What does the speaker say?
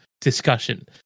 discussion